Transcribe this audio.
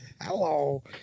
hello